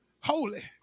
Holy